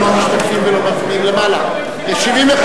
למתגייר במהלך שירותו הצבאי),